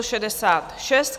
66.